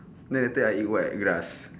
then later I eat what grass